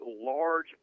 large